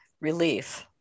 relief